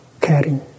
caring